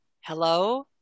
Hello